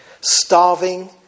starving